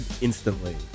instantly